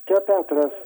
čia petras